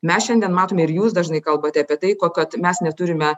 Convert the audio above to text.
mes šiandien matome ir jūs dažnai kalbate apie tai ko kad mes neturime